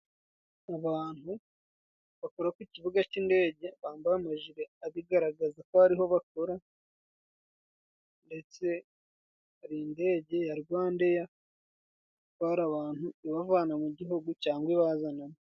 Abantu bakora ko ikibuga cy'indege, bambaye amajire abigaragaza ko ariho bakora .Ndetse hari indege ya Rwandeya itwara abantu ibavana mu gihugu cyangwa ibazana.